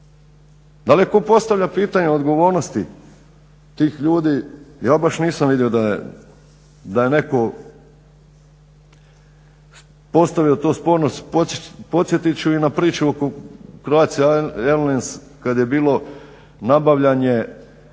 Da li tko postavlja pitanje odgovornosti tih ljudi? Ja baš nisam vidio da je netko postavio to sporno pitanje. Podsjetiti ću i na priču oko Croatia airlines kad je bilo nabavljanje